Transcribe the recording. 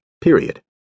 period